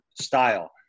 style